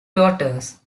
daughters